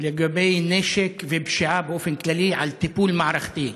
ולגבי נשק ופשיעה באופן כללי, על טיפול מערכתי,